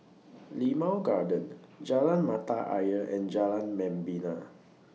Limau Garden Jalan Mata Ayer and Jalan Membina